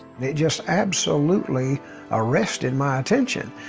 it just absolutely arrested my attention.